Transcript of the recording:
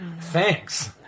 Thanks